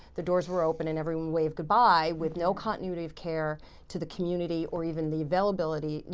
the doors were open and everyone waved good-bye with no continuity of care to the community or even the availability,